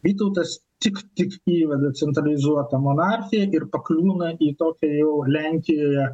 vytautas tik tik įveda centralizuotą monarchiją ir pakliūna į tokią jau lenkijoje